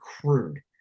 crude